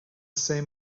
same